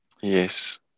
Yes